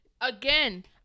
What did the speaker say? Again